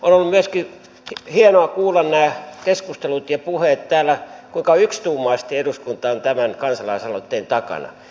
on ollut myöskin hienoa kuulla nämä keskustelut ja puheet täällä kuinka yksituumaisesti eduskunta on tämän kansalaisaloitteen takana